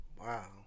Wow